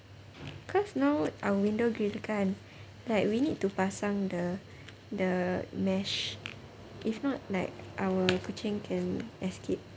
cause now our window grille kan like we need to pasang the the mesh if not like our kucing can escape